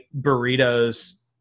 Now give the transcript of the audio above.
burritos